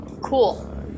cool